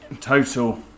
total